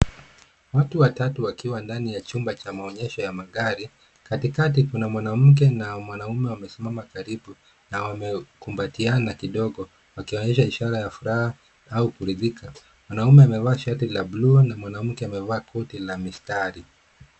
Watu watatu wakiwa ndani ya chumba cha maonyesho ya magari. Katikati kuna mwanamke na mwanaume wamesimama karibu na wamekumbatiana kidogo wakionyesha ishara ya furaha au kuridhika. Mwanaume amevaa shati ya bluu na mwanamke koti la mistari.